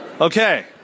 Okay